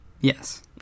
Yes